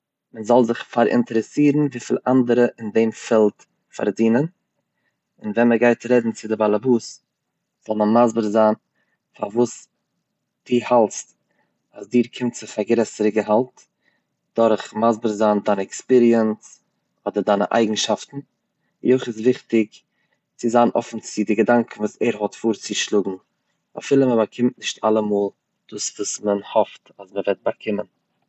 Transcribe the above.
מ'זאל זיך פאראינטערעסירן וויפיל אנדערע אין דעם פעלד פארדינען, און ווען מ'גייט רעדן צו דער בעל הבית זאל מען מסביר זיין פארוואס דו האלטסט אז דיר קומט זיך א גרעסערע געהאלט דורך מסביר זיין דיין עקספיריענס אדער דיינע אייגנשאפטן, ווי אויך איז וויכטיג צו זיין אפען צו די געדאנקען וואס ער האט פארצושלאגן אפילו מען באקומט נישט אלעמאל דאס וואס מען האפט אז מ'וועט באקומען.